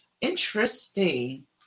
Interesting